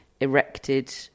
erected